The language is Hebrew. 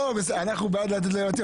אנחנו בעד לתת ליועצים,